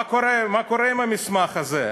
מה קורה עם המסמך הזה?